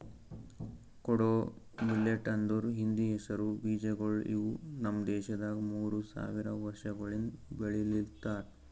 ಕೊಡೋ ಮಿಲ್ಲೆಟ್ ಅಂದುರ್ ಹಿಂದಿ ಹೆಸರು ಬೀಜಗೊಳ್ ಇವು ನಮ್ ದೇಶದಾಗ್ ಮೂರು ಸಾವಿರ ವರ್ಷಗೊಳಿಂದ್ ಬೆಳಿಲಿತ್ತಾರ್